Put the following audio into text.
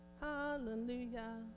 Hallelujah